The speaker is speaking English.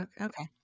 okay